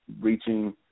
reaching